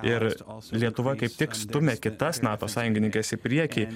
ir lietuva kaip tik stumia kitas nato sąjungininkes į priekį